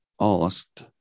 asked